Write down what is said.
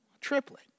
Triplet